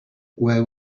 where